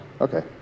okay